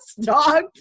dog